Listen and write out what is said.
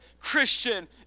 Christian